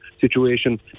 situation